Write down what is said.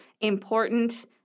important